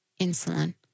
insulin